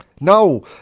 No